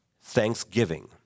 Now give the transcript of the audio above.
thanksgiving